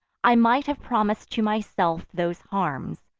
i might have promis'd to myself those harms,